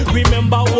Remember